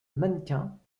mannequins